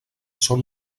són